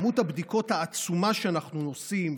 כמות הבדיקות העצומה שאנחנו עושים,